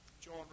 John